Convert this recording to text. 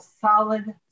solid